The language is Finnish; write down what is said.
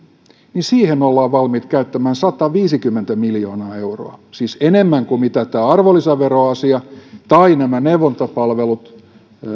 niin siihen me olemme valmiit käyttämään sataviisikymmentä miljoonaa euroa siis enemmän kuin tämä arvonlisäveroasia tai nämä neuvontapalvelut